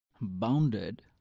bounded